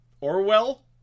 Orwell